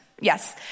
Yes